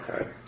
Okay